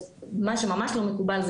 מה שממש לא מקובל,